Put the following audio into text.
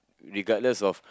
regardless of